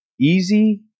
easy